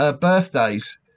birthdays